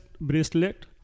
bracelet